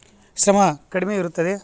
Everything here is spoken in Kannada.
ಸಮ ಕಡಿಮೆ ಇರುತ್ತದೆ